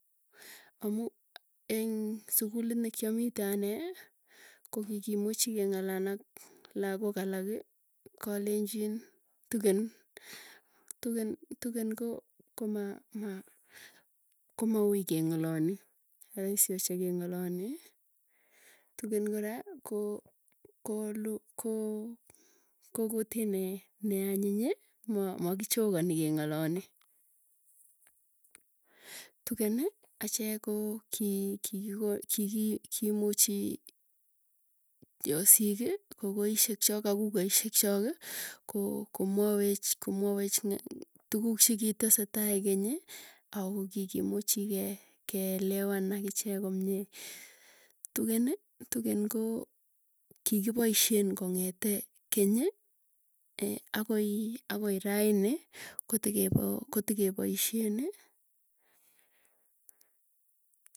Amuu eng sukulit nekiamite anee, ko kikimuchi keng'alal, ak lagook alakiikalenjin tugen tugen komaui keng'alali, raisi ochei keng'alali tuken kora koo koo lu ko kutit nee, neanyianyiny mo mokichokany keng'alali. Tugeni achek ko ki kiimuchi yosiki kogoisye chuk ak kukaisyek choki ko komwawech, tuguk chikitesetai keny ako kikimuchi ke kelewan akichek komie. Tugeni tugen koo, kikipoisyen kong'etee kenyi akoi akoi raini kotekepoo kotikepoisyeni.